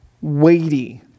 weighty